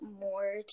more